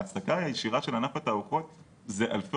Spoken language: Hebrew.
ההעסקה הישירה של ענף התערוכות זה אלפי